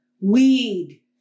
weed